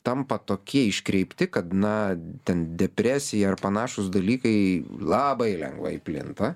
tampa tokie iškreipti kad na ten depresija ar panašūs dalykai labai lengvai plinta